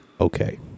okay